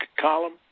column